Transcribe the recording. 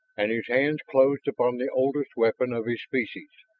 and his hands closed upon the oldest weapon of his species,